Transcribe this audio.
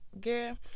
girl